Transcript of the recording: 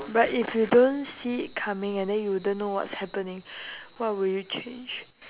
but if you don't see it coming and then you wouldn't know what's happening what would you change